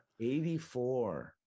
84